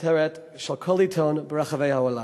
הכותרת של כל עיתון ברחבי העולם,